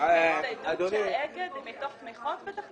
הצטיידות של אגד מתוך תמיכות?